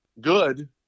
good